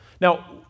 Now